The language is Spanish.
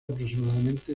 aproximadamente